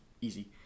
Easy